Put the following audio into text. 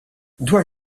dwar